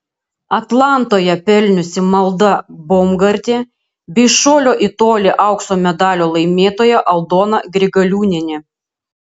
atlantoje pelniusi malda baumgartė bei šuolio į tolį aukso medalio laimėtoja aldona grigaliūnienė